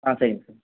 ஆ சரிங்க சார்